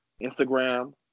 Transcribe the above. Instagram